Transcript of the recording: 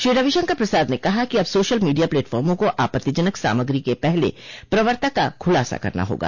श्री रवि शंकर प्रसाद ने कहा कि अब सोशल मीडिया प्लेटफार्मों को आपत्तिजनक सामग्री के पहले प्रवर्तक का खुलासा करना होगा